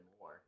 more